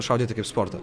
šaudyti kaip sportą